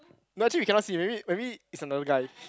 no actually you cannot see maybe maybe is another guy